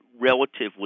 relatively